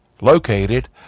located